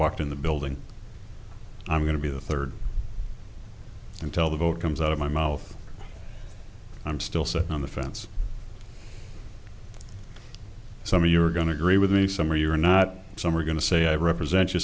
walked in the building i'm going to be the third until the vote comes out of my mouth i'm still stuck on the fence some of you are going to agree with me some are you're not some are going to say i represent you